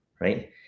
right